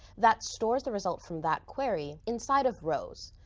that stores the results from that query inside of rows.